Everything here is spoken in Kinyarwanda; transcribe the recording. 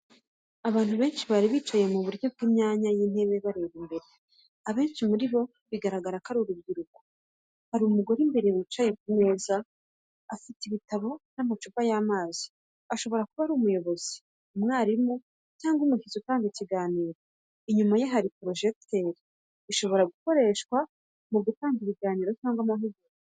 Abantu benshi bari bicaye mu buryo bw’imyanya y’intebe bareba imbere abenshi muri bo bigaragara ko ari urubyiruko. Hari umugore imbere yicaye ku meza, afite igitabo n’amacupa y’amazi, ashobora kuba ari umuyobozi, umwarimu, cyangwa umushyitsi utanga ikiganiro. Inyuma ye hari projector ishobora gukoreshwa mu gutanga ibiganiro cyangwa amahugurwa.